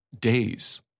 days